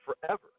Forever